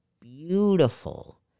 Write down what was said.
beautiful